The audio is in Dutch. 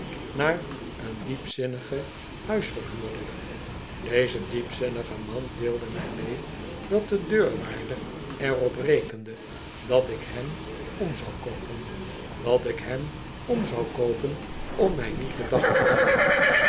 naar een diepzinnigen huisverhuurder deze diepzinnige man deelde mij mee dat de deurwaarder er op rekende dat ik hem om zou koopen dat ik hem om zou koopen om mij niet te dagvaarden